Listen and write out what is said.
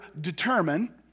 determine